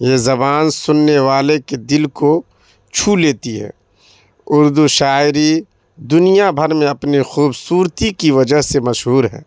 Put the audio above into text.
یہ زبان سننے والے کے دل کو چھو لیتی ہے اردو شاعری دنیا بھر میں اپنی خوبصورتی کی وجہ سے مشہور ہے